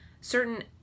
certain